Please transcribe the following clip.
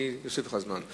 אני אוסיף לך זמן,